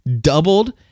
doubled